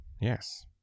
Yes